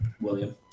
William